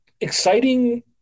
exciting